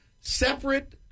Separate